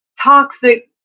toxic